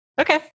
Okay